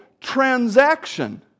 transaction